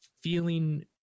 feeling